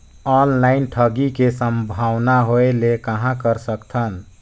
Online ठगी के संभावना होय ले कहां कर सकथन?